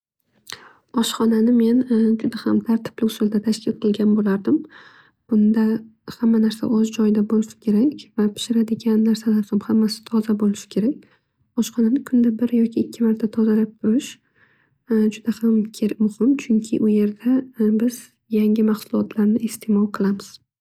Oshxonani men juda tartibli usulda tashkil qilgan bo'lar edim. Bunda hamma narsa o'z joyida bo'lishi kerak. Va pishiradigan narsalar ham hammasi toza bo'lishi kerak. Oshxonani kunda bir yoki ikki marta tozalab turish juda ham muhim. Chunki biz u yerda yangi mahsulotlarni istemol qilamiz.